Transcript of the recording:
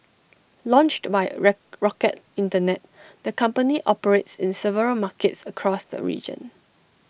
launched by rock rocket Internet the company operates in several markets across the region